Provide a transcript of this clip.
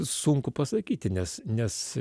sunku pasakyti nes nes